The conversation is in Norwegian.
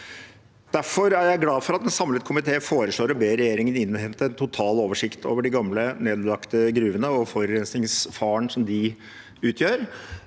Derfor er jeg glad for at en samlet komité foreslår å be regjeringen innhente en total oversikt over de gamle, nedlagte gruvene og forurensningsfaren som de utgjør.